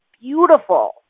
beautiful